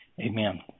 amen